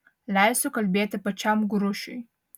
leisiu kalbėti pačiam grušiui